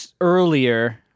earlier